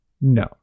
No